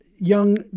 young